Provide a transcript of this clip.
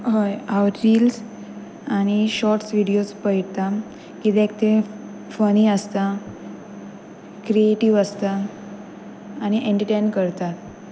हय हांव रिल्स आनी शॉर्ट्स विडियोज पळयता कित्याक ते फनी आसता क्रिएटीव आसता आनी एंटरटेन करता